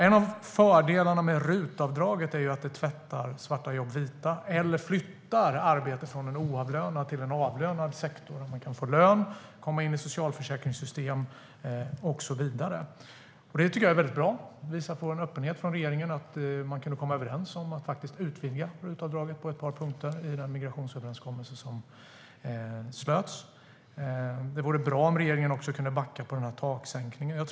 En av fördelarna med RUT-avdraget är att det tvättar svarta jobb vita eller flyttar arbete från en oavlönad till en avlönad sektor där man kan få lön, komma in i socialförsäkringssystem och så vidare. Det tycker jag är väldigt bra. Det visar på en öppenhet från regeringen att man kunde komma överens om att faktiskt utvidga RUT-avdraget på ett par punkter i den migrationsöverenskommelse som slöts. Det vore bra om regeringen också kunde backa när det gäller sänkningen av taket.